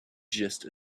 just